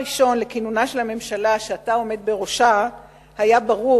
מהיום הראשון לכינונה של הממשלה שאתה עומד בראשה היה ברור